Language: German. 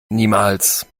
niemals